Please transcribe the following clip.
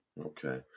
Okay